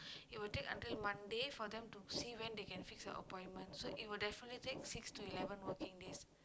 it will take until Monday for them to see when they can fix the appointment so it will definitely take six to eleven working days